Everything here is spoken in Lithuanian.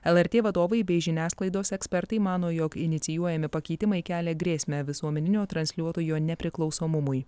lrt vadovai bei žiniasklaidos ekspertai mano jog inicijuojami pakeitimai kelia grėsmę visuomeninio transliuotojo nepriklausomumui